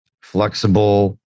flexible